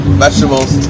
vegetables